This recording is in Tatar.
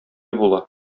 була